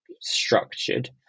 structured